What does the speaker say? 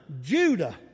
Judah